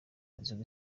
inzoga